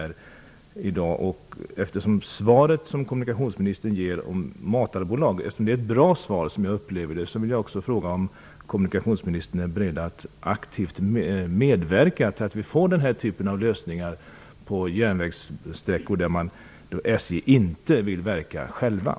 Eftersom jag upplever det svar som kommunikationsministern ger som ett bra svar vill jag också fråga om kommunikationsministern är beredd att aktivt medverka till denna typ av lösningar på järnvägssträckor där SJ inte vill verka självt.